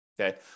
Okay